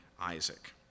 Isaac